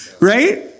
right